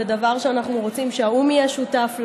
זה דבר שאנחנו רוצים שהאו"ם יהיה שותף לו.